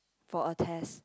for a test